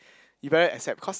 you better accept cause